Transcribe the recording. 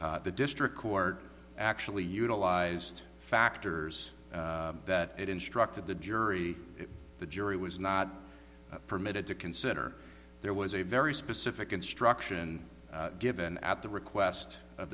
the district court actually utilized factors that instructed the jury the jury was not permitted to consider there was a very specific instruction given at the request of